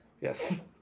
Yes